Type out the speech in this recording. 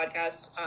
podcast